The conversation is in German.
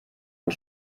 und